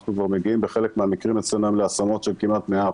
אנחנו כבר מגיעים בחלק מהמקרים אצלנו להשמות של כמעט 100%,